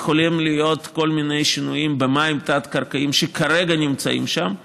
יכולים להיות כל מיני שינויים במים תת-קרקעיים שכרגע נמצאים שם,